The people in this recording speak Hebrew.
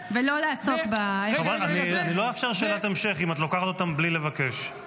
ולא לעסוק --- אני לא אאפשר שאלת המשך אם את לוקחת אותה בלי לבקש.